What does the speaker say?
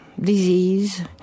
disease